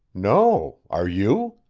no, are you?